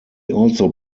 also